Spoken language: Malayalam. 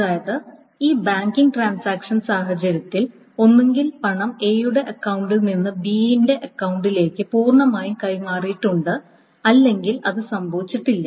അതായത് ഈ ബാങ്കിംഗ് ട്രാൻസാക്ഷൻ സാഹചര്യത്തിൽ ഒന്നുകിൽ പണം Aയുടെ അക്കൌണ്ടിൽ നിന്ന് B അക്കൌണ്ടിലേക്ക് പൂർണമായും കൈമാറിയിട്ടുണ്ട് അല്ലെങ്കിൽ അത് സംഭവിച്ചിട്ടില്ല